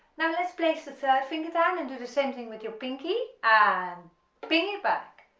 now let's place the third finger down and do the same thing with your pinky and ping it back,